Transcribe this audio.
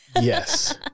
Yes